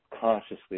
consciously